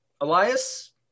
Elias